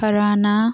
ꯐꯔꯥꯅ